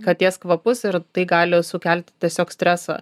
katės kvapus ir tai gali sukelti tiesiog stresą